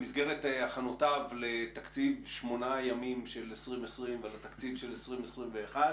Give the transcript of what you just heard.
במסגרת הכנותיו לתקציב שמונה ימים של 2020 ולתקציב של 2021,